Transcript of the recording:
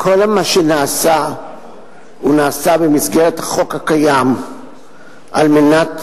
כל מה שנעשה נעשה במסגרת החוק הקיים על מנת